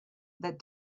that